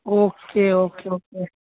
okay okay okay